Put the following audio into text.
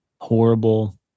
horrible